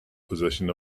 position